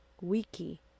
Wiki